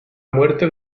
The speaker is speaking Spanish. muerte